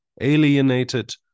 alienated